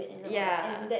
ya